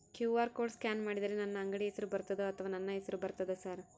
QR code scan ಮಾಡಿದರೆ ನನ್ನ ಅಂಗಡಿ ಹೆಸರು ಬರ್ತದೋ ಅಥವಾ ನನ್ನ ಹೆಸರು ಬರ್ತದ ಸರ್?